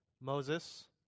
Moses